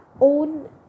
own